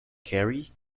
kerry